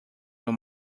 your